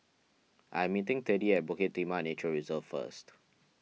I am meeting Teddy at Bukit Timah Nature Reserve first